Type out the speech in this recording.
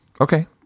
Okay